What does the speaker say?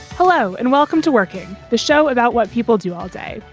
hello and welcome to working the show about what people do all day.